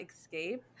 escape